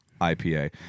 IPA